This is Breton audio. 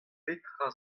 petra